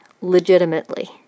legitimately